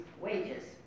wages